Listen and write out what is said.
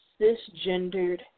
cisgendered